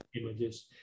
images